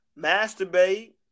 masturbate